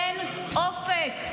אין אופק.